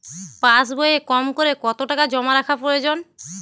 পাশবইয়ে কমকরে কত টাকা জমা রাখা প্রয়োজন?